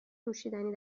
نوشیدنی